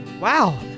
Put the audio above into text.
wow